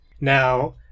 Now